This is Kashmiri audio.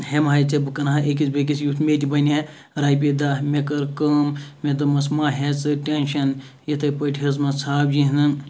ہیٚمہٕ ہَے ژےٚ بہٕ کٕٕنہٕ ہا أکِس بیٚکِس یُتھ مےٚ تہِ بنہِ ہا رۄپیہِ داہہ مےٚ کٔر کٲم مےٚ دوٚپمَس مَہ ہےٚ ژٕ ٹینشَن یِتھے پٲٹھۍ ہیٚژمَس ژھاوجہِ ہِن